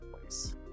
place